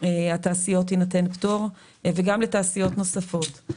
התעשייתיות יינתן פטור וגם לתעשיות נוספות.